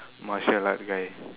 martial art guy